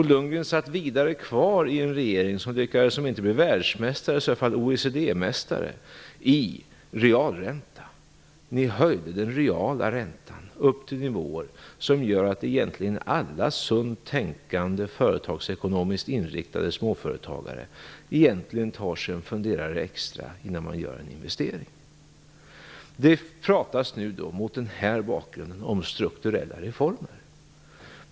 Bo Lundgren satt vidare kvar i en regering som, om den inte lyckades bli världsmästare, i alla fall blev OECD-mästare när det gällde realräntan. Ni höjde den reala räntan till nivåer som gör att alla sunt tänkande och företagsekonomiskt inriktade småföretagare tar sig en extra funderare innan de gör en investering. Mot denna bakgrund talas det om strukturella reformer.